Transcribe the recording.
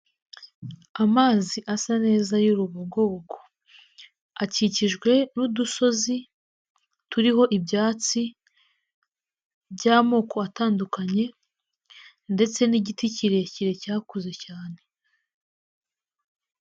Amazi asa neza y'urubogobogo, akikijwe n'udusozi turiho ibyatsi by'amoko atandukanye ndetse n'igiti kirekire cyakuze cyane.